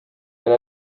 and